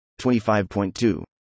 25.2